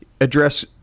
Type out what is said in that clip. address